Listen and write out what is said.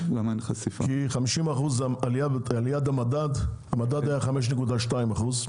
כי 50% היא עליית המדד; המדד היה 5.2%,